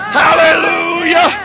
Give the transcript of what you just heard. hallelujah